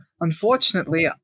Unfortunately